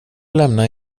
lämnade